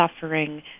suffering